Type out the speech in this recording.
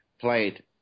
played